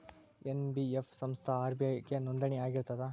NBF ಸಂಸ್ಥಾ RBI ಗೆ ನೋಂದಣಿ ಆಗಿರ್ತದಾ?